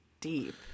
deep